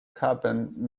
happened